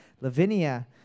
Lavinia